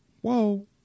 whoa